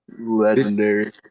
Legendary